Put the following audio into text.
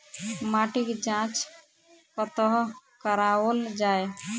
माटिक जाँच कतह कराओल जाए?